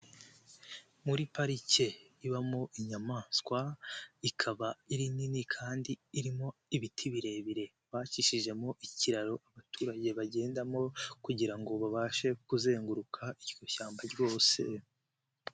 Muri parike ibamo inyamaswa ikaba yari nini kandi irimo ibiti birebire, bacishijemo ikiraro abaturage bagendamo kugira ngo babashe kuzenguruka iryo shyamba rwose.